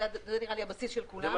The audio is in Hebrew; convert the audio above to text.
זה נראה לי הבסיס של כולנו.